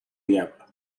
diablo